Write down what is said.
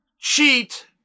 cheat